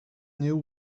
new